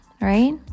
right